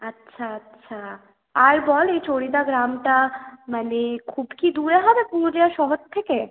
আচ্ছা আচ্ছা আর বল এই চরিদা গ্রামটা মানে খুব কি দূরে হবে পুরুলিয়া শহর থেকে